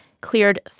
cleared